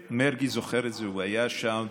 מרגי זוכר את זה, הוא היה שם.